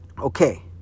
Okay